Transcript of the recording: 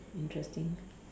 interesting